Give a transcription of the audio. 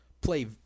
play